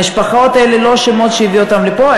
המשפחות האלה לא אשמות שהביאו אותן לפה.